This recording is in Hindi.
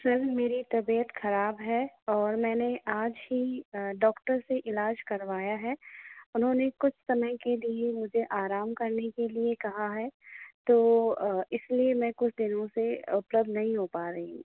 सर मेरी तबियत खराब है और मैंने आज ही डॉक्टर से इलाज करवाया है उन्होंने कुछ समय के लिए मुझे आराम करने के लिए कहा है तो इसीलिए मैं कुछ दिनों से उपलब्ध नहीं हो पा रही हूँ